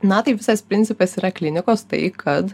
na tai visas principas yra klinikos tai kad